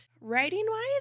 Writing-wise